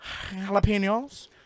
jalapenos